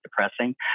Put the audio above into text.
depressing